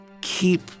keep